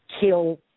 kill